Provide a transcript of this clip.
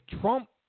Trump